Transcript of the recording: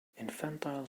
infantile